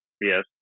Yes